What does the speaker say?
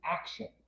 action